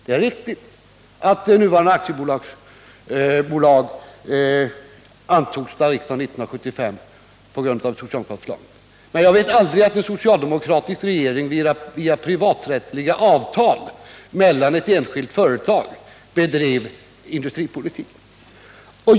Det är riktigt att nuvarande aktiebolagslag antogs av riksdagen år 1975 på grundval av ett socialdemokratiskt förslag, men mig veterligt har aldrig en socialdemokratisk regering bedrivit industripolitik genom privaträttsliga avtal mellan ett enskilt företag och en annan stat.